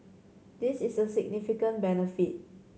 this is a significant benefit